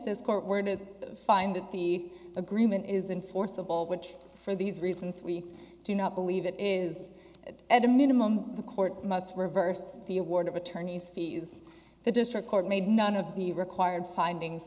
this court were to find that the agreement isn't forcible which for these reasons we do not believe it is that at a minimum the court must reverse the award of attorney's fees the district court made none of the required findings